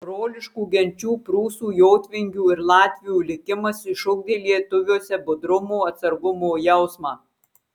broliškų genčių prūsų jotvingių ir latvių likimas išugdė lietuviuose budrumo atsargumo jausmą